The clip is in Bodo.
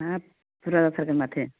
हाब बुरजा जाथारगोन माथो